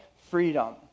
freedom